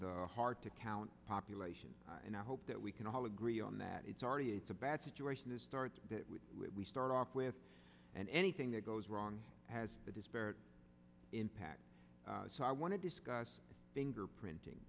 the hard to count population and i hope that we can all agree on that it's already it's a bad situation to start with we start off with and anything that goes wrong has a disparate impact so i want to discuss fingerprinting